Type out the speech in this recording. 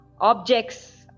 objects